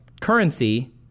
Currency